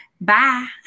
Bye